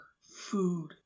food